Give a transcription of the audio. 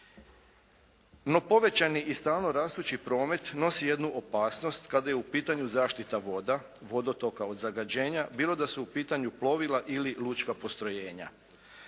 No povećani i stalno rastući promet nosi jednu opasnost kada je u pitanju zaštita voda, vodotoka od zagađenja bilo da su u pitanju plovila ili lučka postrojenja.